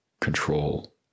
control